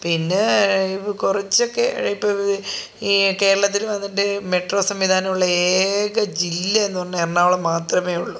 പിന്നെ കുറച്ച് ഒക്കെ ഇപ്പം ഈ കേരളത്തിൽ വന്നതിൻ്റെ മെട്രോ സംവിധാനമുള്ള ഏക ജില്ല എന്നു പറഞ്ഞാൽ എറണാകുളം മാത്രമേ ഉള്ളു